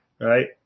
right